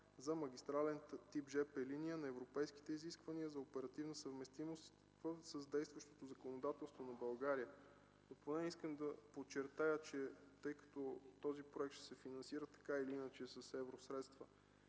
за магистрален тип жп линия, на европейските изисквания за оперативна съвместимост с действащото законодателство на България. Искам да подчертая, тъй като този проект ще се финансира с евросредства,